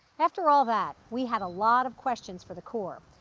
after all that, we had a lot of questions for the corps.